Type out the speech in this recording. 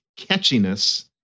catchiness